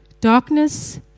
Darkness